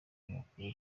amakuru